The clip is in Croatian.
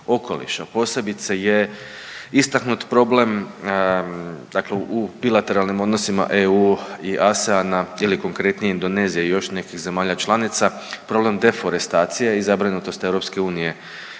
Posebice je istaknut problem, dakle u bilateralnim odnosima EU i ASEAN-a ili konkretnije Indonezije i još nekih zemalja članica problem deforestacije i zabrinutost EU zbog nagle